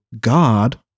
God